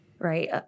right